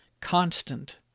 constant